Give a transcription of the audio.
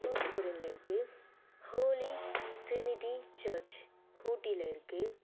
தூத்துக்குடியில் இருக்குது Holy Trinity church ஊட்டியில இருக்குது